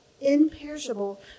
imperishable